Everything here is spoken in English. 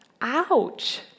Ouch